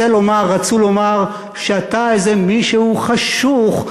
רצו לומר שאתה איזה מישהו חשוך,